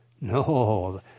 No